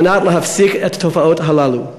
על מנת להפסיק את התופעות הללו.